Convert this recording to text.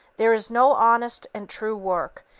there is no honest and true work,